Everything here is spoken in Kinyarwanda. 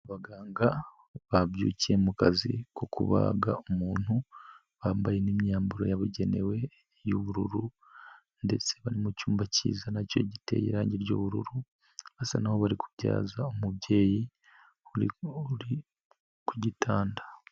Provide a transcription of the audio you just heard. Abaganga babyukiye mu kazi ko kubaga umuntu, bambaye n'imyambaro yabugenewe y'ubururu ndetse bari mucyumba cyiza nacyo giteye irangi ry'ubururu, basa naho bari kubyaza umubyeyi uri kugitanda.